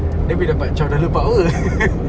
dia boleh dapat chao dia dah ada pakwe